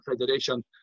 federation